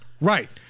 Right